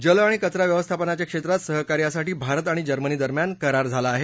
जल आणि कचरा व्यवस्थपनाच्या क्षेत्रात सहकार्यासाठी भारत आणि जर्मनी दरम्यान करार झाला आहे